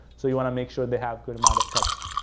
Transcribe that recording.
so, you want to make sure they have good amount of text.